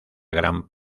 gran